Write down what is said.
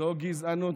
זו גזענות.